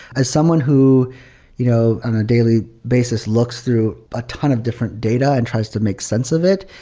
as someone who you know on a daily basis looks through a ton of different data and tries to make sense of it,